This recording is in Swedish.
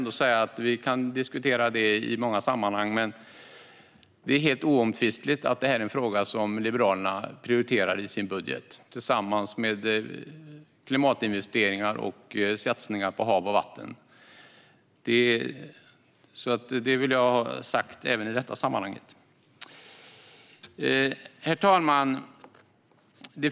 Detta kan vi diskutera i många sammanhang, men det är helt oomtvistligt att det är en fråga som Liberalerna prioriterar i sin budget, tillsammans med klimatinvesteringar och satsningar på hav och vatten. Detta vill jag ha sagt. Herr talman!